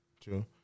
True